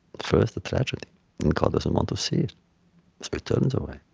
first the tragedy and god doesn't want to see turns away?